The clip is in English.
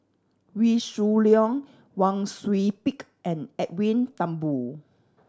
Wee Shoo Leong Wang Sui Pick and Edwin Thumboo